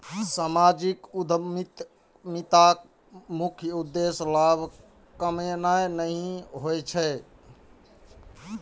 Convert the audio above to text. सामाजिक उद्यमिताक मुख्य उद्देश्य लाभ कमेनाय नहि होइ छै